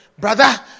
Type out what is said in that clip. Brother